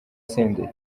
senderi